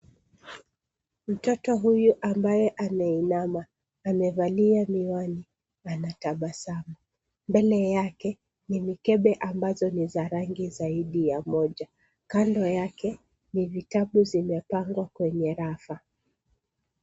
Mtoto huyu ambaye ameinama amevalia miwani anatabasamu. Mbele yake ni mikebe ambazo ni za rangi zaidi ya moja. Kando yake ni vitabu zimepangwa kwenye rafa.